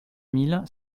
mille